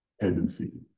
tendency